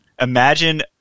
Imagine